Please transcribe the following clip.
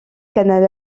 canal